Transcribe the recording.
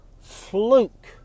fluke